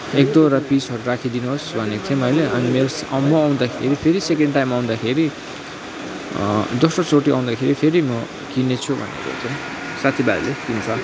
एकदुईवटा पिसहरू राखिदिनुहोस् भनेको थिएँ मैले अनि म आउँदाखेरि फेरि सेकेन्ड टाइम आउँदाखेरि दोस्रोचोटि आउँदाखेरि फेरि म किन्नेछु भनेको थिएँ साथीभाइहरूले किन्छ